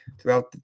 throughout